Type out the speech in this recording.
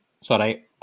Sorry